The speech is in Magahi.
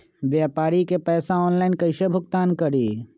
व्यापारी के पैसा ऑनलाइन कईसे भुगतान करी?